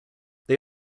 they